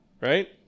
right